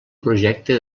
projecte